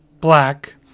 Black